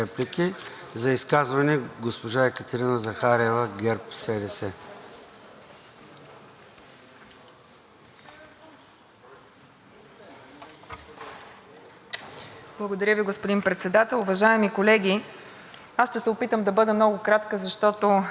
Благодаря Ви, господин Председател. Уважаеми колеги, ще се опитам да бъда много кратка, защото много аргументи се чуха в подкрепа на обединения текст на решението, но искам все пак